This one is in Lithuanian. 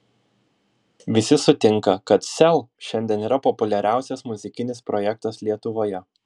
visi sutinka kad sel šiandien yra populiariausias muzikinis projektas lietuvoje